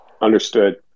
Understood